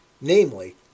namely